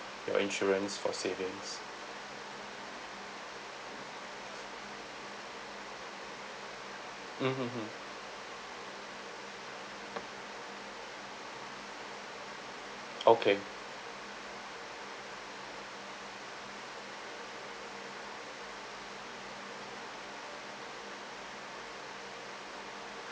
your insurance for savings mm mmhmm okay